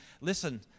listen